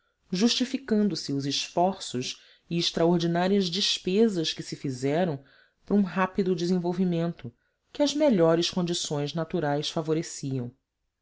deserto justificando se os esforços e extraordinárias despesas que se fizeram para um rápido desenvolvimento que as melhores condições naturais favoreciam